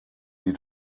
sie